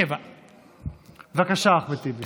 אני מספר 57. בבקשה, אחמד טיבי.